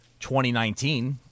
2019